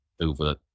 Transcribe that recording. over